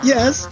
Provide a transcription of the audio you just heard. Yes